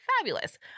Fabulous